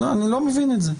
אני לא מבין את זה.